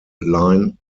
line